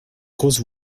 grosses